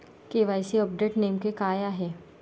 KYC update नेमके काय आहे?